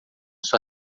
sua